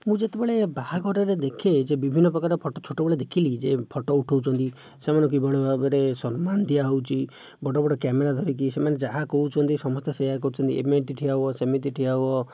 ମୁଁ ଯେତେବେଳେ ବାହାଘରରେ ଦେଖେ ଯେ ବିଭିନ୍ନ ପ୍ରକାର ଫଟୋ ଛୋଟ ବେଳେ ଦେଖିଲି ଯେ ଫଟୋ ଉଠାଉଛନ୍ତି ସେମାନଙ୍କୁ କିଭଳି ଭାବରେ ସମ୍ମାନ ଦିଆହେଉଛି ବଡ଼ ବଡ଼ କ୍ୟାମେରା ଧରିକି ସେମାନେ ଯାହା କହୁଛନ୍ତି ସମସ୍ତେ ସେଇଆ କରୁଛନ୍ତି ଏମିତି ଠିଆ ହୁଅ ସେମିତି ଠିଆ ହୁଅ